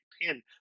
pin